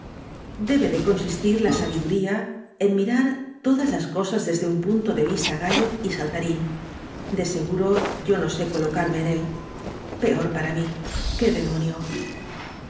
debe de consistir la sabiduría en mirar todas las cosas desde un punto de vista gayo y saltarín de seguro yo no sé colocarme en él peor para mí qué demonio